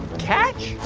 catch?